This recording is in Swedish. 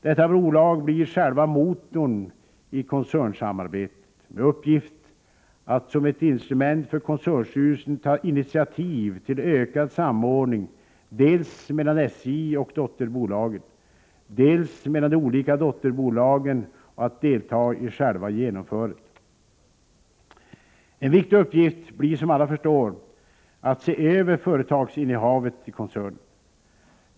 Detta bolag blir själva motorn i koncernsamarbetet med uppgift att som ett instrument för koncernstyrelsen ta initiativ till ökad samordning dels mellan SJ och dotterbolagen, dels mellan de olika dotterbolagen och att delta i själva genomförandet. En viktig uppgift blir, som alla förstår, att se över företagsinnehavet i koncernen.